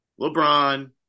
LeBron